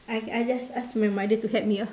I I just ask my mother to help me out